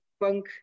punk